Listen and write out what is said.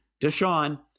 Deshaun